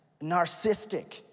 Narcissistic